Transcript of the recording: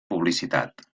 publicitat